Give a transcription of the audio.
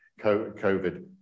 COVID